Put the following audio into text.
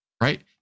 Right